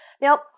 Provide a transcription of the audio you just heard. Now